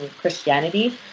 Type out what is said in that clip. Christianity